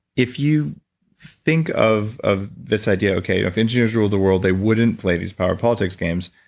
if you think of of this idea, okay if engineers rule the world, they wouldn't play these power politics games.